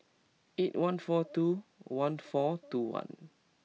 eight one four two one four two one